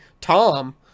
Tom